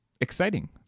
exciting